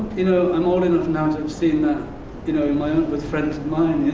you know i'm old enough now to have seen that you know in my own with friends of mine. you know,